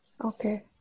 Okay